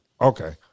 Okay